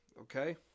okay